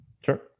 Sure